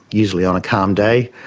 usually on a calm day,